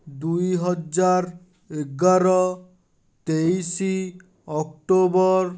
ଦୁଇ ହଜାର୍ ଏଗାର ତେଇଶ ଅକ୍ଟୋବର୍